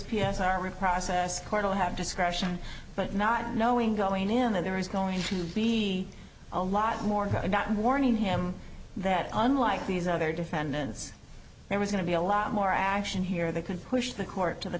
in process cornel have discretion but not knowing going in there is going to be a lot more about warning him that unlike these other defendants there was going to be a lot more action here that could push the court to the